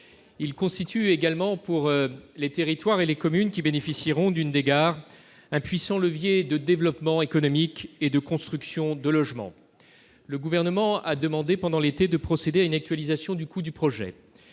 il constitue également pour les territoires et les communes qui bénéficieront d'une des gares un puissant levier de développement économique et de construction de logements, le gouvernement a demandé pendant l'été, de procéder à une actualisation du coût du projet,